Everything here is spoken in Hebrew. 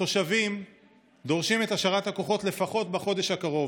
התושבים דורשים את השארת הכוחות לפחות בחודש הקרוב,